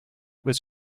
was